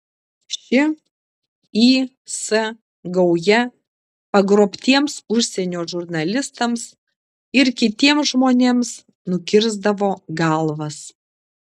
ši is gauja pagrobtiems užsienio žurnalistams ir kitiems žmonėms nukirsdavo galvas